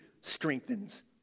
strengthens